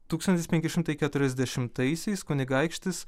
tūkstantis penki šimtai keturiasdešimtaisiais kunigaikštis